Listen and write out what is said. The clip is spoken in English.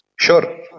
Sure